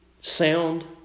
Sound